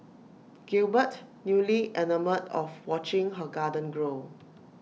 Gilbert newly enamoured of watching her garden grow